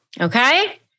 okay